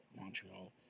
Montreal